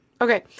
Okay